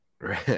right